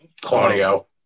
Claudio